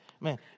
Man